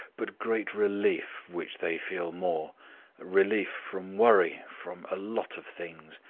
but great relief, which they feel more relief from worry from a lot of things.